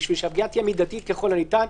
כדי שהיא תהיה מידתית ככל הניתן,